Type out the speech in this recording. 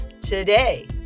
today